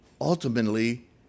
Ultimately